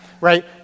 right